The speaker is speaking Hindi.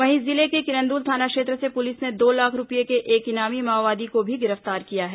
वहीं इसी जिले के किरंदुल थाना क्षेत्र से पुलिस ने दो लाख रूपये के एक इनामी माओवादी को भी गिरफ्तार किया है